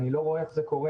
ואני לא רואה איך זה קורה.